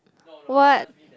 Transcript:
what